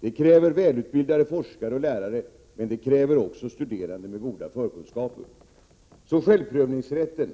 Det kräver välutbildade forskare och lärare, men det kräver också studerande med goda förkunskaper. Så till självprövningsrätten.